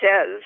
says